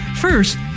First